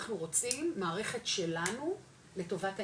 אנחנו רוצים מערכת שלנו לטובת העניין,